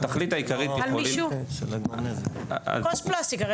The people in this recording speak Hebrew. כוס פלסטיק.